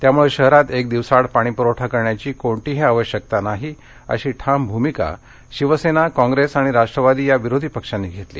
त्यामुळे शहरात एक दिवसाआड पाणी पुरवठा करण्याची कोणतीही आवश्यकता नाही अशी ठाम भूमिका शिवसेना कॉप्रेस आणि राष्ट्रवादी या विरोधीपक्षांनी घेतली